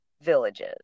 villages